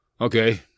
Okay